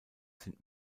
sind